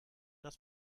das